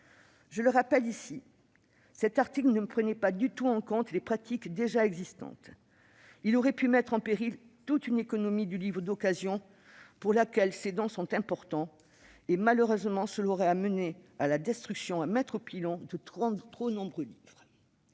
Je le rappelle ici, cet article ne prenait pas du tout en compte les pratiques déjà existantes. Il aurait pu mettre en péril toute une économie du livre d'occasion, pour laquelle ces dons sont importants. Cela aurait malheureusement conduit à la destruction, à la mise au pilon, de trop nombreux livres.